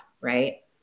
Right